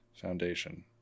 Foundation